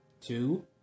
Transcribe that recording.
Two